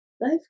life